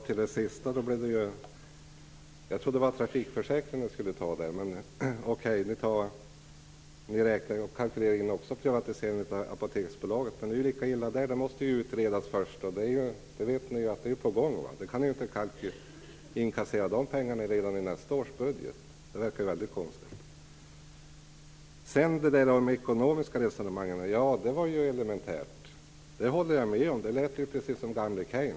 Herr talman! Jag trodde det var av trafikförsäkringen ni skulle ta det här. Men ni kalkylerar ju också med privatiseringen av Apoteksbolaget. Men det är lika illa det - det måste utredas först. Och ni vet ju att det redan är på gång. Inte kan ni inkassera de pengarna redan i nästa års budget. Det verkar ju väldigt konstigt. De ekonomiska resonemangen var ju elementära - det håller jag med om. Det lät ju precis som gamle Keynes.